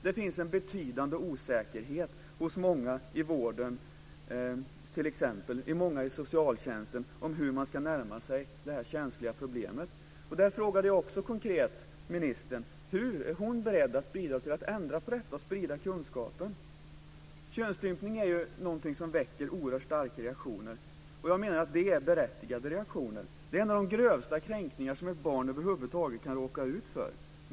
Det finns en betydande osäkerhet hos många inom vården och inom socialtjänsten om hur man ska närma sig detta känsliga problem. I detta sammanhang ställde jag också en konkret fråga till ministern om hur hon är beredd att bidra till att ändra på detta och sprida kunskapen. Könsstympning är ju någonting som väcker oerhört starka reaktioner. Och jag menar att det är berättigade reaktioner. Det är en av de grövsta kränkningar som ett barn över huvud taget kan råka ut för.